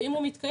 ואם הוא מתקיים,